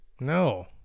No